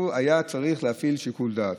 הוא היה צריך להפעיל שיקול דעת.